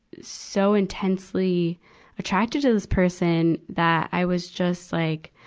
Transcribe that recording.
so intensely attracted to this person, that i was just like